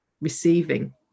receiving